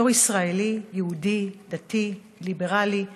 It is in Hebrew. בתור ישראלי יהודי דתי ליברלי,